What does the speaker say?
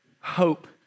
hope